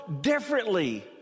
differently